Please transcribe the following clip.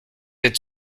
êtes